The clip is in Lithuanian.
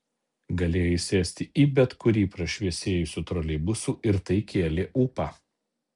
galėjo įsėsti į bet kurį prašviesėjusių troleibusų ir tai kėlė ūpą